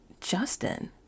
Justin